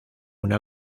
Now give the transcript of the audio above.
una